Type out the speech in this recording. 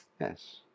Yes